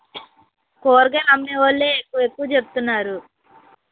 కూరగాయలు అమ్మే వాళ్ళు ఎక్కువ ఎక్కువ చెప్తున్నారు